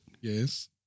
Yes